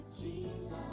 Jesus